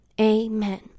amen